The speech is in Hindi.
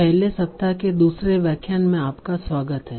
पहले सप्ताह के दूसरे व्याख्यान में आपका स्वागत है